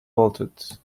bolted